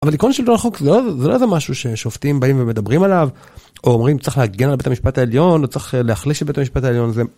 אבל עיקרון של דור החוק זה לא איזה משהו ששופטים באים ומדברים עליו או אומרים צריך להגן על בית המשפט העליון או צריך להחליש את בית המשפט העליון זה.